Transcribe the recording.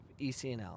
ECNL